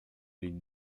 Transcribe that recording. litres